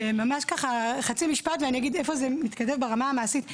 ממש חצי משפט ואני אגיד איפה זה מתקדם ברמה המעשית.